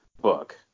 book